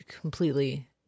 completely